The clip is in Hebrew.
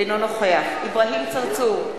אינו נוכח אברהים צרצור,